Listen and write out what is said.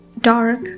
dark